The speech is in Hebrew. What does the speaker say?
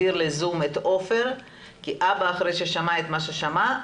להגיב כאבא אחרי ששמע את מה ששמע,